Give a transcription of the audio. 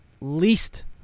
least